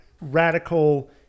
radical